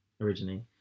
originally